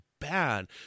bad